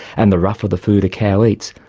and the rougher the food a cow eats,